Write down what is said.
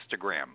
Instagram